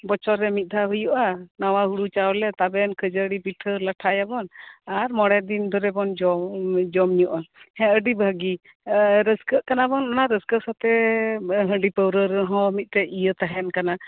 ᱵᱚᱪᱷᱚᱨ ᱨᱮ ᱢᱤᱫ ᱫᱷᱟᱣ ᱦᱩᱭᱩᱜᱼᱟ ᱱᱟᱣᱟ ᱦᱳᱲᱳ ᱪᱟᱣᱞᱮ ᱛᱟᱵᱮᱱ ᱠᱷᱟᱹᱡᱟᱹᱲᱤ ᱯᱤᱴᱷᱟᱹᱼᱞᱟᱴᱷᱟᱭᱟᱵᱚᱱ ᱟᱨ ᱢᱚᱬᱮ ᱫᱤᱱ ᱫᱷᱚᱨᱮ ᱵᱚᱱ ᱡᱚᱢ ᱧᱩᱜᱼᱟ ᱦᱮᱸ ᱟᱹᱰᱤ ᱵᱷᱟᱹᱜᱤ ᱨᱟᱹᱥᱠᱟᱹᱜ ᱠᱟᱱᱟᱵᱚᱱ ᱚᱱᱟ ᱨᱟᱹᱥᱠᱟᱹ ᱥᱟᱶᱛᱮ ᱦᱟᱺᱰᱤᱼᱯᱟᱹᱣᱨᱟ ᱨᱮᱦᱚᱸ ᱢᱤᱫᱴᱮᱡ ᱤᱭᱟᱹ ᱛᱟᱦᱮᱱ ᱠᱟᱱᱟ